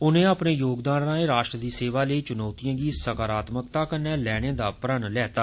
उनें अपने योगदान राएं राष्ट्र दी सेवा लेई चुनौतिएं गी सकारात्मकता कन्नै लैना दा प्रण लैता